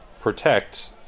protect